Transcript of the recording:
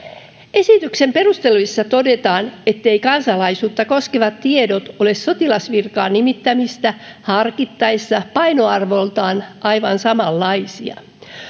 esityksen perusteluissa todetaan etteivät kansalaisuutta koskevat tiedot ole sotilasvirkaan nimittämistä harkittaessa painoarvoltaan aivan samanlaisia